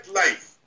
life